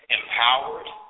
empowered